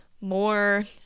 More